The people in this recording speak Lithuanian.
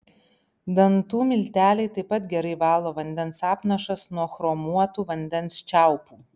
dantų milteliai taip pat gerai valo vandens apnašas nuo chromuotų vandens čiaupų